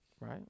right